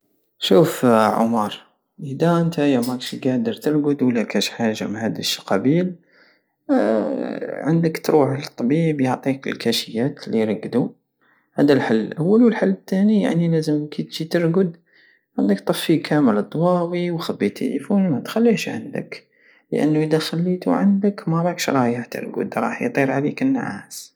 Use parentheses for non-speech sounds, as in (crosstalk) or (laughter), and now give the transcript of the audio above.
شوف عومار ادا نتايا ماكش قادر (noise) ترقد ولا كاش حاجة من هاد القبيل (hesitation) عندك تروح لطبيب يعطيك الكاشيات الي يرقدو هاد الحل الاول والحل التاني يعني لازم كي جي ترقد عندك طفي كامل الضواوي وخبي التيليفون وخليه شاعلك لانو ادا خليتو عندك ماراكش رايح ترقد رايح يطير عليك النعاس